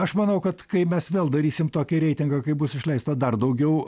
aš manau kad kai mes vėl darysim tokį reitingą kai bus išleista dar daugiau